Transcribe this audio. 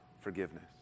forgiveness